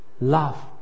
love